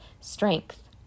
strength